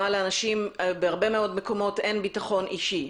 לאנשים בהרבה מאוד מקומות אין ביטחון אישי,